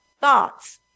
thoughts